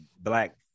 Black